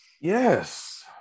Yes